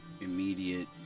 immediate